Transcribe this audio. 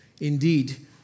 indeed